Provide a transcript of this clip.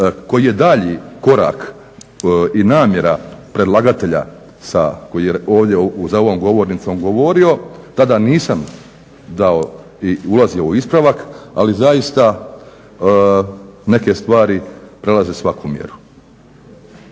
koji je dalji korak i namjera predlagatelja koji je ovdje za ovom govornicom govorio tada nisam ulazio u ispravak, ali zaista neke stvari prelaze svaku mjeru.